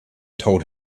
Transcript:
told